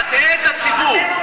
מטעה את הציבור.